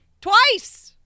Twice